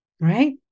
right